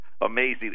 amazing